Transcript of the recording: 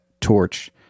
torch